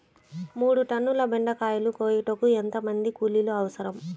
మూడు టన్నుల బెండకాయలు కోయుటకు ఎంత మంది కూలీలు అవసరం?